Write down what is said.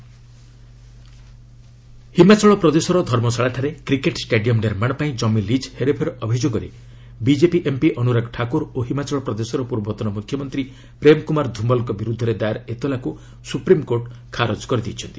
SC HPCA Himachal ପ୍ରଦେଶର ଧର୍ମଶାଳାଠାରେ cricket stadium ନିର୍ମାଣ ପାଇଁ ଜମି ଲିଜ୍ ହେର୍ଫେର୍ ଅଭିଯୋଗରେ ବିକେପି ଏମ୍ପି ଅନୁରାଗ୍ ଠାକୁର ଓ ହିମାଚଳ ପ୍ରଦେଶର ପୂର୍ବତନ ମୁଖ୍ୟମନ୍ତ୍ରୀ ପ୍ରେମ୍ କୁମାର ଧୁମାଲ୍ଙ୍କ ବିରୁଦ୍ଧରେ ଦାଏର୍ ଏତଲାକୁ ସୁପ୍ରିମ୍କୋର୍ଟ ଖାରଜ କରିଛନ୍ତି